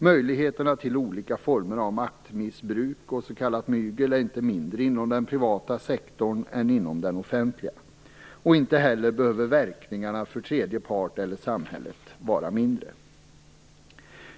Möjligheterna till olika former av maktmissbruk och s.k. mygel är inte mindre inom den privata sektorn än inom den offentliga. Inte heller behöver verkningarna för tredje part eller för samhället vara mindre.